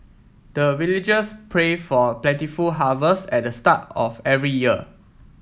the villagers pray for plentiful harvest at the start of every year